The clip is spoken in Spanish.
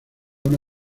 una